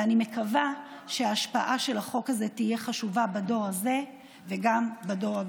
ואני מקווה שההשפעה של החוק הזה תהיה חשובה בדור הזה וגם בדור הבא,